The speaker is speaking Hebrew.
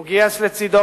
הוא גייס לצדו,